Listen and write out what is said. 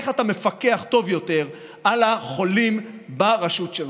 איך אתה מפקח טוב יותר על החולים ברשות שלך?